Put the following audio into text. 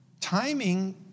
timing